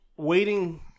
waiting